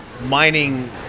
mining